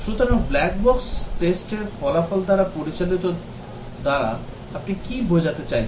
সুতরাং black box test র ফলাফল দ্বারা পরিচালিত দ্বারা আপনি কী বোঝাতে চাইছেন